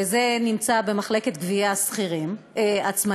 וזה נמצא במחלקת גבייה עצמאים